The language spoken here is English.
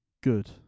Good